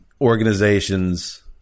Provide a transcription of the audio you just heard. organizations